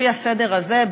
לפי הסדר הזה,